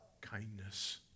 kindness